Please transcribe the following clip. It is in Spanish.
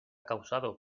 causado